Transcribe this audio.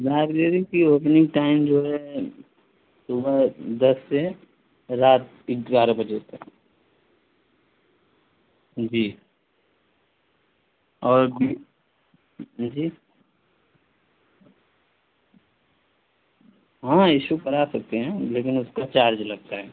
library کی opening time جو ہے صبح دس سے رات ا گیارہ بجے تک جی اور بھی ہاں جی ہاں ایشو کرا سکتے ہیں لیکن اس کا چارج لگتا ہے